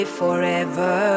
forever